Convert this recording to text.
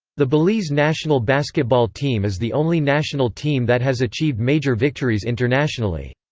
the belize national basketball team is the only national team that has achieved major victories internationally.